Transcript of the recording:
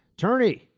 turney,